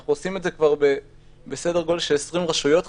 אנחנו עושים את זה כבר בסדר גודל של 20 רשויות מקומיות,